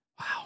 Wow